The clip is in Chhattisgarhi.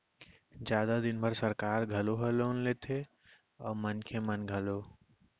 जादा दिन बर सरकार घलौ ह लोन लेथे अउ मनखे मन घलौ